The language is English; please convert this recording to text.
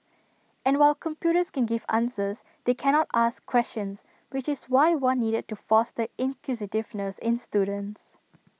and while computers can give answers they cannot ask questions which is why one needed to foster inquisitiveness in students